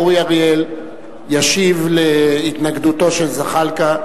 אורי אריאל ישיב על התנגדותו של זחאלקה.